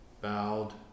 bowed